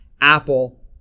Apple